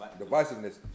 divisiveness